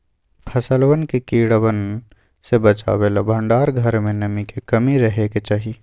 फसलवन के कीड़वन से बचावे ला भंडार घर में नमी के कमी रहे के चहि